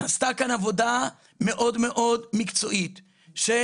נעשתה כאן עבודה מאוד מאוד מקצועית של